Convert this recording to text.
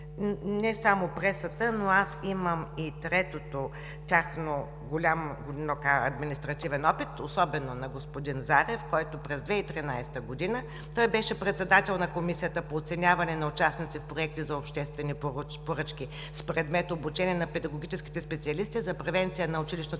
Не само пресата, но аз имам и третото, техният голям административен опит, особено на господин Зарев, който през 2013 г. беше председател на Комисията по оценяване на проекти за обществени поръчки с предмет „Обучение на педагогическите специалисти за превенция на училищното